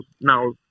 now